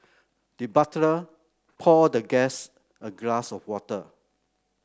the butler poured the guest a glass of water